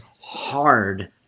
hard